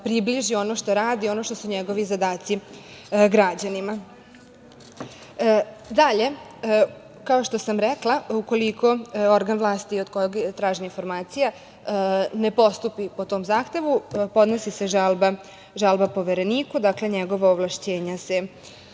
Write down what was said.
približi ono što radi, ono što su njegovi zadaci građanima. Dalje, kao što sam rekla, ukoliko organ vlasti od koga je tražena informacija ne postupi po tom zahtevu, podnosi se žalba Povereniku. Dakle, njegova ovlašćenja se